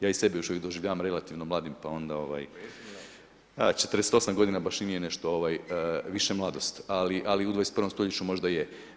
Ja i sebe još uvijek doživljavam relativno mladim pa onda ovaj, 48 godina baš i nije nešto više mladost, ali u 21. stoljeću možda je.